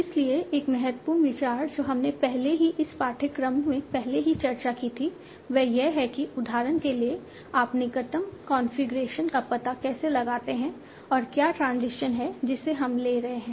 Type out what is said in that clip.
इसलिए एक महत्वपूर्ण विचार जो हमने पहले ही इस पाठ्यक्रम में पहले ही चर्चा की थी वह यह है कि उदाहरण के लिए आप निकटतम कॉन्फ़िगरेशन का पता कैसे लगाते हैं और क्या ट्रांजिशन है जिसे हम ले रहे हैं